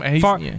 Far